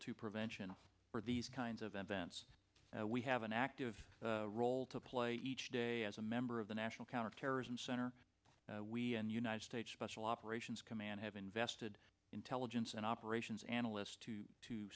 to prevention of these kinds of events we have an active role to play each day as a member of the national counterterrorism center and united states special operations command have invested intelligence and operations analysts to to